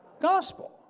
gospel